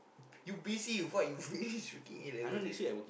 you busy with what you busy finish A-level already